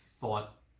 thought